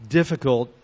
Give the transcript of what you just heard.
difficult